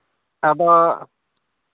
ᱟᱫᱚ